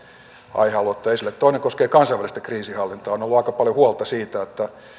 aihealuetta esille toinen koskee kansainvälistä kriisinhallintaa on ollut aika paljon huolta siitä että